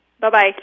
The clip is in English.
Bye-bye